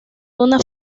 una